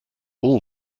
all